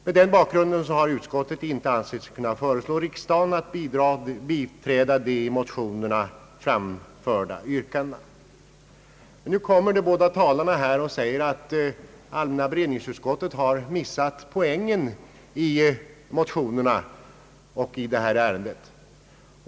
Mot denna bakgrund har utskottet inte ansett sig kunna föreslå riksdagen att bifalla de i motionerna framförda yrkandena. De båda föregående talarna säger att allmänna beredningsutskottet har missat poängen i motionerna när det gäller detta ärende.